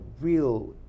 real